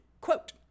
quote